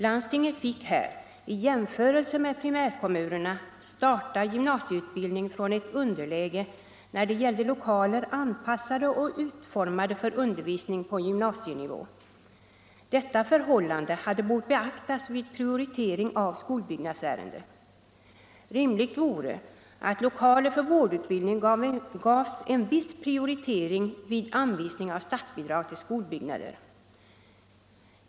Landstingen fick här — i jämförelse med primärkommunerna —- starta gymnasieutbildning från ett underläge när det gällde lokaler anpassade och utformade för undervisning på gymnasienivå. Detta förhållande hade bort beaktas vid prioritering av skolbyggnadsärenden. Rimligt vore att lokaler för vårdutbildning gavs en viss prioritering vid anvisning av statsbidrag till skolbyggnader.